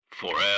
forever